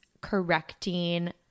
correcting